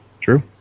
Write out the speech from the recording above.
True